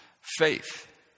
Faith